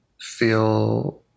feel